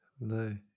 No